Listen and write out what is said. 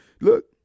Look